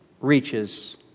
reaches